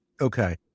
Okay